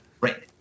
Right